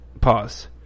Pause